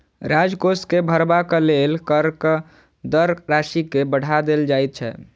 राजकोष के भरबाक लेल करक दर राशि के बढ़ा देल जाइत छै